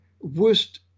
worst